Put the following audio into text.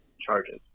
charges